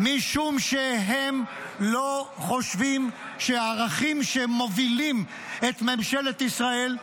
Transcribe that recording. משום שהם לא חושבים שהערכים שמובילים את ממשלת ישראל,